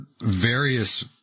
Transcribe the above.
various